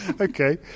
Okay